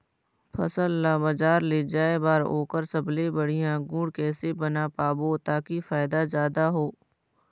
फसल ला बजार ले जाए बार ओकर सबले बढ़िया गुण कैसे बना पाबो ताकि फायदा जादा हो?